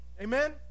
Amen